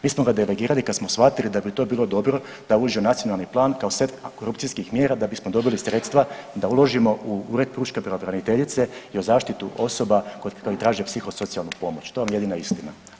Mi smo ga delegirali kad smo shvatili da bi to bilo dobro da uđe u nacionalni plan kao set antikorupcijskih mjera da bismo dobili sredstva da uložimo u Ured pučke pravobraniteljice i o zaštitu osoba koje traže psihosocijalnu pomoć, to vam je jedina istina.